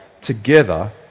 together